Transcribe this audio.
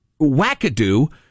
wackadoo